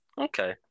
Okay